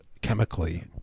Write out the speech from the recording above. chemically